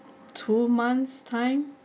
two months' time